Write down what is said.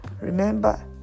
Remember